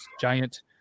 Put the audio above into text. giant